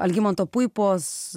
algimanto puipos